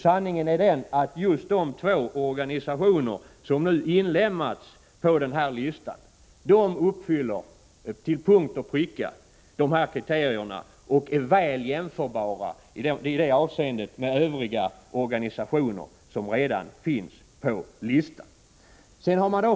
Sanningen är den att just de två organisationer som nu inlemmats i kretsen av dem som får stöd till punkt och pricka uppfyller kriterierna i det avseendet och är väl jämförbara med övriga organisationer som redan tidigare finns på listan.